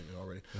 already